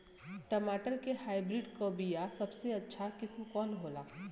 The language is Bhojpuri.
टमाटर के हाइब्रिड क बीया सबसे अच्छा किस्म कवन होला?